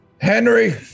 Henry